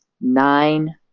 nine